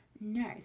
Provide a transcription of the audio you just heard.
No